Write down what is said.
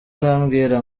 arambwira